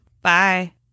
Bye